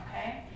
okay